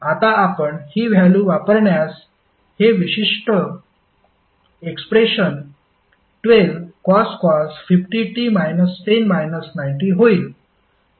आता आपण हि व्हॅल्यु वापरल्यास हे विशिष्ट एक्सप्रेशन 12cos होईल